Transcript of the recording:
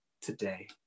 today